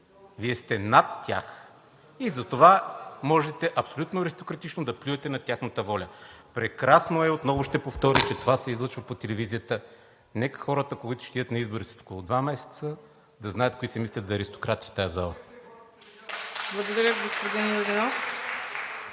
Вие сте над тях и затова можете абсолютно аристократично да плюете на тяхната воля. Прекрасно е. Отново ще повторя, че това се излъчва по телевизията. Нека хората, които ще идат на избори след около два месеца, да знаят кои се мислят за аристократи в тази зала! (Реплики, ръкопляскания